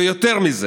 ויותר מזה,